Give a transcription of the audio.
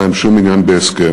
אין להם שום עניין בהסכם,